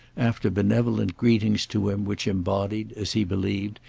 after benevolent greetings to him which embodied, as he believed,